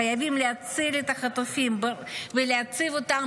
חייבים להציל את החטופים ולהציב אותם